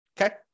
Okay